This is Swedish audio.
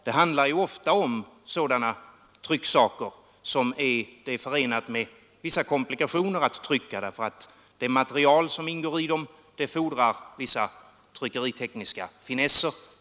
Det handlar ofta om sådana trycksaker som det är förenat med vissa komplikationer att framställa därför att det material som ingår i dem fordrar vissa tryckeritekniska finesser.